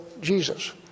Jesus